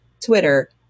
Twitter